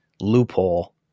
loophole